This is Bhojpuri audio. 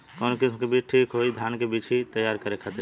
कवन किस्म के बीज ठीक होई धान के बिछी तैयार करे खातिर?